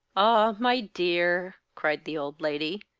ah, my dear! cried the old lady.